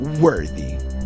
worthy